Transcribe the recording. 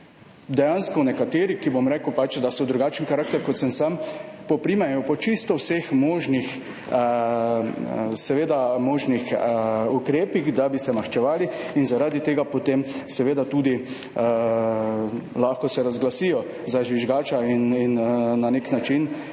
Dejansko nekateri, ki, bom rekel, da so drugačen karakter, kot sem sam, posežejo po čisto vseh možnih ukrepih, da bi se maščevali. Zaradi tega se potem seveda tudi lahko razglasijo za žvižgača in na nek način